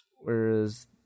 Whereas